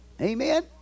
Amen